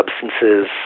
substances